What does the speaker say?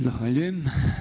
Zahvaljujem.